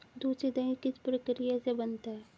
दूध से दही किस प्रक्रिया से बनता है?